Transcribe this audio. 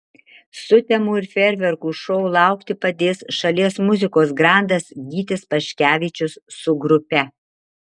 sutemų ir fejerverkų šou laukti padės šalies muzikos grandas gytis paškevičius su grupe